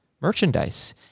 merchandise